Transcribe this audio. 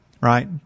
right